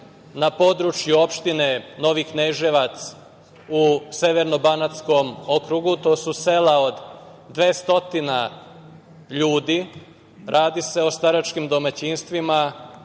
na području opštine Novi Kneževac u severno-banatskom okrugu. To su sela od 200 ljudi. Radi se o staračkim domaćinstvima,